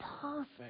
perfect